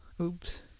Oops